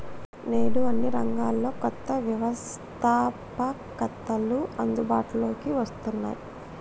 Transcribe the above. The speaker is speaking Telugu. నేడు అన్ని రంగాల్లో కొత్త వ్యవస్తాపకతలు అందుబాటులోకి వస్తున్నాయి